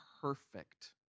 perfect